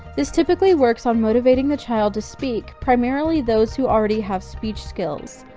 this typically works on motivating the child to speak, primarily those who already have speech skills.